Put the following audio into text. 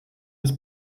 des